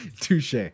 Touche